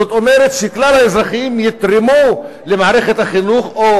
זאת אומרת שכלל האזרחים יתרמו למערכת החינוך או